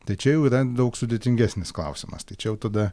tai čia jau yra daug sudėtingesnis klausimas tai čia jau tada